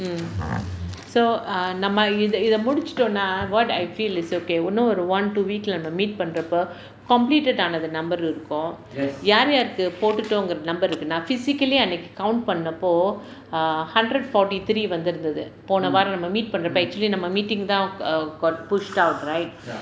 mm so ah நம்ம இத இத முடிச்சிட்டோம்ன்னா:namma itha itha mudichitomnnaa what I feel is okay இன்னும் ஒரு:innum oru one two week இல்ல நம்ம:illa namma meet பண்றப்ப:pandrappa completed ஆனது:aanathu number இருக்கோம் யார் யாருக்கு போட்டுட்டோம்கிர:irukkom yaar yaarukku pottuttomkira number இருக்கு நான்:irukku naan physically அன்னைக்கு:annaikku count பண்ணப்போ:pannappo err hundred forty three வந்திருந்தது போன வாரம் நம்ம:vanthirunthathu pona vaaram namma meet பண்றப்போ:pandrappo actually நம்ம:namma meeting now got pushed out right